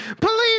Police